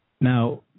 Now